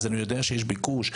אני יודע שיש ביקוש.